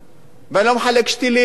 ואני לא יודע כמה עגבניות השוק צריך,